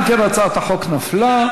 אם כן, הצעת החוק נפלה.